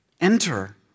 enter